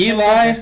Eli